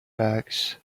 bags